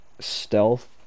stealth